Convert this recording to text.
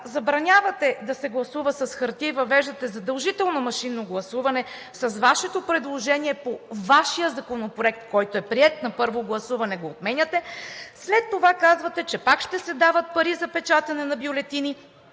забранявате да се гласува с хартия и въвеждате задължително машинно гласуване. С Вашето предложение по Вашия законопроект, който е приет на първо гласуване, го отменяте. След това казвате, че пак ще се дават пари за печатане на бюлетини